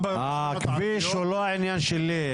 הכביש הוא לא העניין שלי.